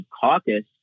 Caucus